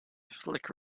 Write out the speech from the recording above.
flick